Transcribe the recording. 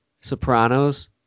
Sopranos